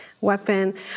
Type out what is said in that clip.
weapon